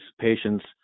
patients